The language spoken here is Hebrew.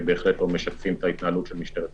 בהחלט לא משקפים את ההתנהלות של משטרת ישראל.